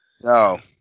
No